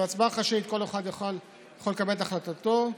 בהצבעה חשאית כל אחד יכול לקבל את החלטתו,